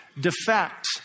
defect